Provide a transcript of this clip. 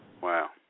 Wow